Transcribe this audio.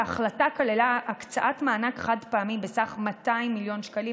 ההחלטה כללה הקצאת מענק חד-פעמי בסך 200 מיליון שקלים